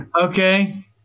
Okay